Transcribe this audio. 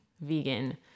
vegan